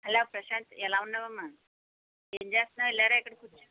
hello Prashant ఎలా ఉన్నావు అమ్మ ఏమి చేస్తున్నావు ఇలారా ఇక్కడ కూర్చో